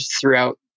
throughout